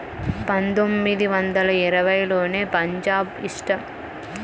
పందొమ్మిది వందల ఇరవైలోనే పంజాబ్ రాష్టంలో మొదటగా ల్యాండ్ డెవలప్మెంట్ బ్యేంక్ని బెట్టారు